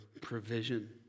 provision